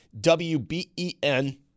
WBEN